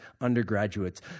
undergraduates